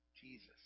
Jesus